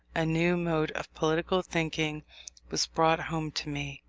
a new mode of political thinking was brought home to me,